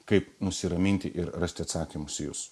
kaip nusiraminti ir rasti atsakymus į jus